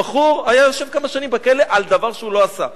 הבחור היה יושב כמה שנים בכלא על דבר שהוא לא עשה.